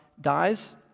dies